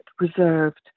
reserved